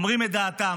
אומרים את דעתם,